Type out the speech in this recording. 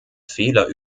fehler